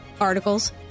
articles